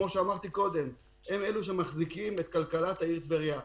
כמו שאמרתי קודם שהם אלה שמחזיקים את כלכלת העיר טבריה.